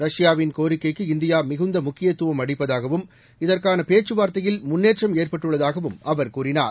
ரஷ்யாவின் கோரிக்கைக்கு இந்தியா மிகுந்த முக்கியத்துவம் அளிப்பதாகவும் இதற்காள பேச்சுவார்த்தையில் முன்னேற்றம் ஏற்பட்டுள்ளதாகவும் அவர் கூறினார்